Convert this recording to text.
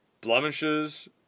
blemishes